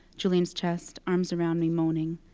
julian's chest, arms around me, moaning.